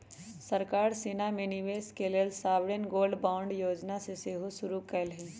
सरकार सोना में निवेश के लेल सॉवरेन गोल्ड बांड जोजना सेहो शुरु कयले हइ